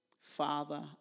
Father